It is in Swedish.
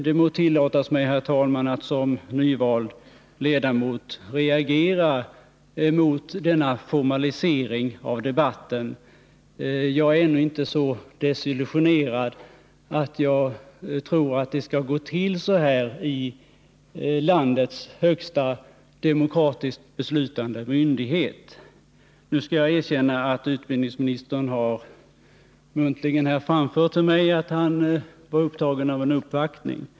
Det må, herr talman, tillåtas mig att som nyvald ledamot reagera mot denna formalisering av debatten. Jag är nu inte så desillusionerad att jag tror att det skall gå till så här i landets högsta demokratiska beslutande instans. Nu skall jag erkänna att utbildningsministern muntligen har sagt mig att han skulle bli upptagen av en uppvaktning.